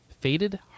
faded